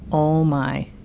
oh, my.